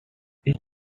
each